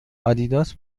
آدیداس